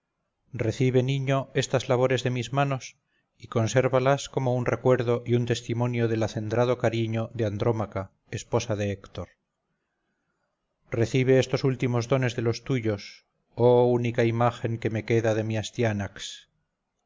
recibe niño estas labores de mis manos y consérvalas como un recuerdo y un testimonio del acendrado cariño de andrómaca esposa de héctor recibe estos últimos dones de los tuyos oh única imagen que me queda de mi astianax